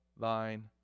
thine